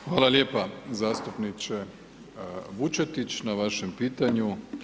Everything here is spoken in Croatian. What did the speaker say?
Hvala lijepa zastupniče Vučetić na vašem pitanju.